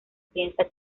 piensa